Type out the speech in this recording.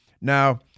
Now